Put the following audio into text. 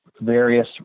various